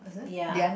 ya